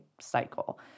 cycle